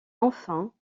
enfin